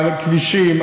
הכבישים,